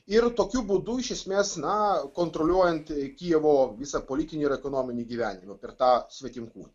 ir tokiu būdu iš esmės na kontroliuojant kijevo visą politinį ir ekonominį gyvenimą per tą svetimkūnį